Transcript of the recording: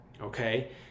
okay